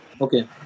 Okay